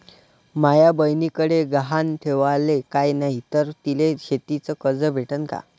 माया बयनीकडे गहान ठेवाला काय नाही तर तिले शेतीच कर्ज भेटन का?